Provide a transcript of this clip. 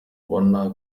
ubona